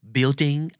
Building